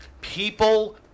People